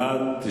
בעד,